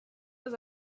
was